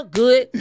good